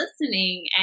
listening